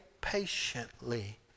patiently